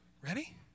Ready